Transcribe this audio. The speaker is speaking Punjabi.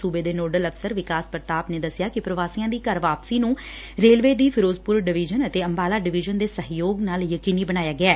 ਸੁਬੇ ਦੇ ਨੋਡਲ ਅਫਸਰ ਵਿਕਾਸ ਪ੍ਰਤਾਪ ਨੇ ਦੱਸਿਆ ਕਿ ਪਰਵਾਸੀਆਂ ਦੀ ਘਰ ਵਾਪਸੀ ਨੁੰ ਰੇਲਵੇ ਦੀ ਫਿਰੋਜ਼ਪੁਰ ਡਵੀਜ਼ਨ ਅਤੇ ਅੰਬਾਲਾ ਡਵੀਜ਼ਨ ਦੇ ਸਹਿਯੋਗ ਦੇ ਨਾਲ ਯਕੀਨੀ ਬਣਾਇਆ ਗਿਐ